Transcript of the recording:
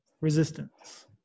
Resistance